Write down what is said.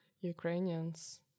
Ukrainians